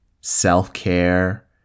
self-care